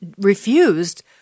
refused